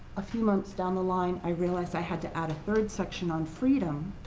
a few months down the line, i realized i had to add a third section on freedom,